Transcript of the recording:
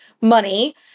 money